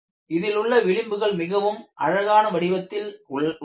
இதிலுள்ள விளிம்புகள் மிகவும் அழகான வடிவத்தில் உள்ளது